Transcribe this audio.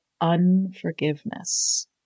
unforgiveness